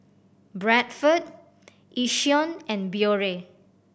Bradford Yishion and Biore